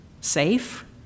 safe